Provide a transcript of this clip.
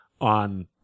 on